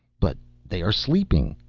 but they are sleeping!